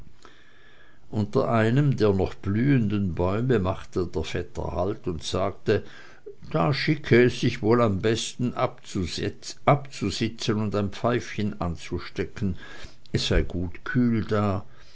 unter einem der noch blühenden bäume machte der vetter halt und sagte da schicke es sich wohl am besten abzusitzen und ein pfeifchen anzustecken es sei gut kühl da